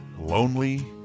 Lonely